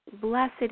Blessed